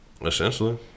Essentially